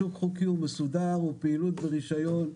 שוק חוקי ומסודר ופעילות ברישיון,